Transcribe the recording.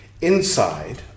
Inside